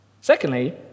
Secondly